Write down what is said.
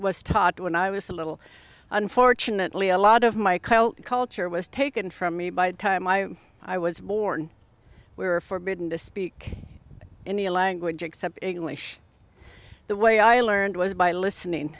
was taught when i was little unfortunately a lot of my co culture was taken from me by the time i i was born we were forbidden to speak any language except english the way i learned was by